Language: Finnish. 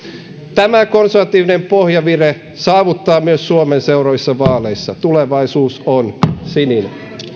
tämä konservatiivinen pohjavire saavuttaa myös suomen seuraavissa vaaleissa tulevaisuus on sininen